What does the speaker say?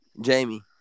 Jamie